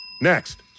Next